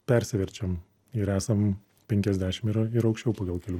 persiverčiam ir esam penkiasdešim ir ir aukščiau pagal kelių